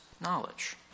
knowledge